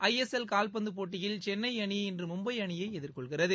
ISL கால்பந்து போட்டியில் சென்னை அணி இன்று மும்பை அணியை எதிர் கொள்கிறது